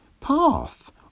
Path